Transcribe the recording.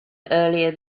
earlier